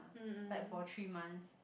like for three months